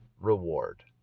reward